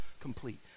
Complete